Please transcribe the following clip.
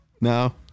No